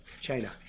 China